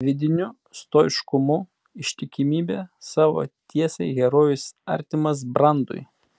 vidiniu stoiškumu ištikimybe savo tiesai herojus artimas brandui